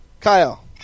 Kyle